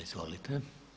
Izvolite.